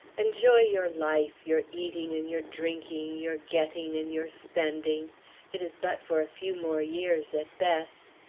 enjoy your life your eating and your drinking, your getting and your spending it is but for a few more years at best.